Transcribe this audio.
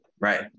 Right